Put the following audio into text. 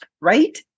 right